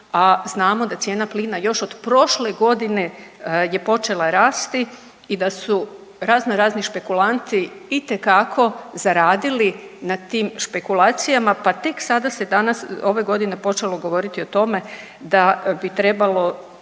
znamo da cijena plina još od prošle godine je počela rasti i da su raznorazni špekulanti itekako zaradili na tim špekulacijama pa tek sada se danas ove godine počelo govoriti o tome da bi trebalo